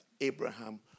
Abraham